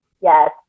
yes